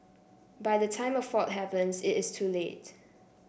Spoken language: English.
by the time a fault happens it is too late